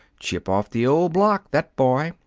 chip off the old block, that boy.